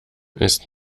ist